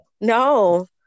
no